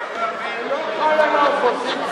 זה לא חל על האופוזיציה,